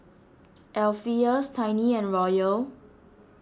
Alpheus Tiny and Royal